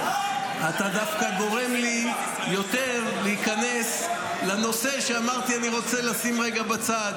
אתה דווקא גורם לי יותר להיכנס לנושא שאמרתי שאני רוצה לשים רגע בצד,